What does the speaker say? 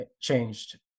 changed